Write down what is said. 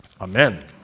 Amen